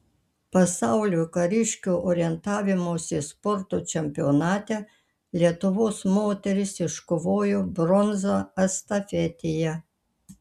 pasaulio kariškių orientavimosi sporto čempionate lietuvos moterys iškovojo bronzą estafetėje